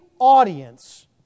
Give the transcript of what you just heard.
audience